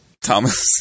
Thomas